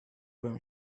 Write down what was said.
byłem